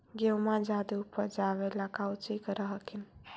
गेहुमा जायदे उपजाबे ला कौची कर हखिन?